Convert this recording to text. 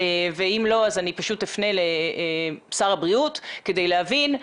ואם לא אז אני פשוט אפנה לשר הבריאות כדי להבין,